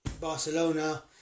Barcelona